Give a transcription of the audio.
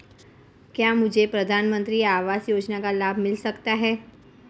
क्या मुझे प्रधानमंत्री आवास योजना का लाभ मिल सकता है?